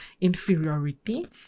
inferiority